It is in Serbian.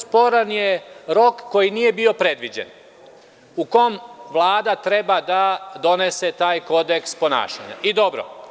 Sporan je rok koji nije bio predviđen u kom Vlada treba da donese taj kodeks ponašanja i dobro.